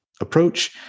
approach